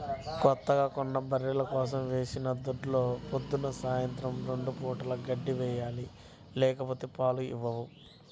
కొత్తగా కొన్న బర్రెల కోసం వేసిన దొడ్లో పొద్దున్న, సాయంత్రం రెండు పూటలా గడ్డి వేయాలి లేకపోతే పాలు ఇవ్వవు